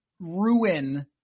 ruin